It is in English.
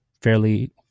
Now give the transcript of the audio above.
fairly